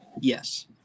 Yes